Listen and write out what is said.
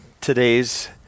today's